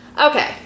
Okay